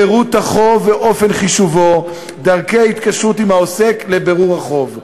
פירוט החוב ואופן חישובו ודרכי ההתקשרות עם העוסק לבירור החוב.